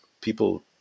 people